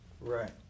Right